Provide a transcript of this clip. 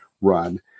run